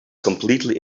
completely